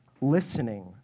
listening